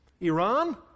Iran